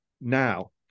now